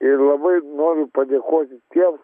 ir labai noriu padėkoti tiems